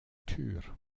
tür